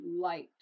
light